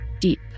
deep